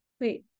wait